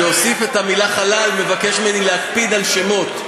שהוסיף את המילה "חלל", מבקש ממני להקפיד על שמות.